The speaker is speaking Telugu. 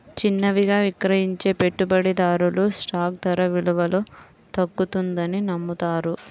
చిన్నవిగా విక్రయించే పెట్టుబడిదారులు స్టాక్ ధర విలువలో తగ్గుతుందని నమ్ముతారు